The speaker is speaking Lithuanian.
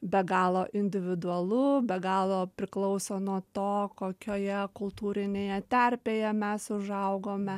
be galo individualu be galo priklauso nuo to kokioje kultūrinėje terpėje mes užaugome